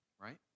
right